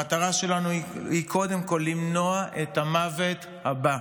המטרה שלנו היא קודם כול למנוע את המוות הבא.